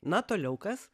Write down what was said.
na toliau kas